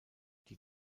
die